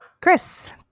Chris